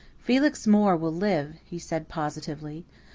felix moore will live, he said positively.